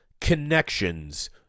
connections